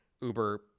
Uber